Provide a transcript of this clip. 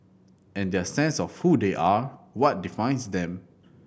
and their sense of who they are what defines them